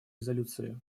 резолюции